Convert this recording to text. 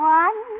one